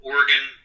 Oregon